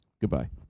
Goodbye